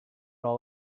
all